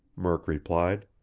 murk replied.